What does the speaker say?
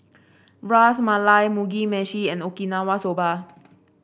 Ras Malai Mugi Meshi and Okinawa Soba